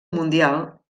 mundial